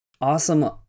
awesome